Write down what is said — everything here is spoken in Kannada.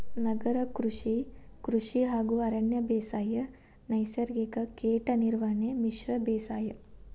ನಗರ ಕೃಷಿ, ಕೃಷಿ ಹಾಗೂ ಅರಣ್ಯ ಬೇಸಾಯ, ನೈಸರ್ಗಿಕ ಕೇಟ ನಿರ್ವಹಣೆ, ಮಿಶ್ರ ಬೇಸಾಯ